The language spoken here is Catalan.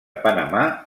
panamà